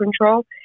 control